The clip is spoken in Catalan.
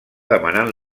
demanant